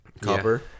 Copper